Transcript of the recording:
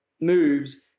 moves